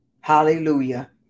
Hallelujah